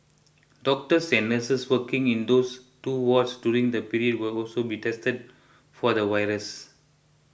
doctors and nurses working in those two wards during the period will also be tested for the virus